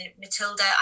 Matilda